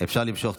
אפשר למשוך.